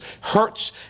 hurts